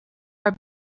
our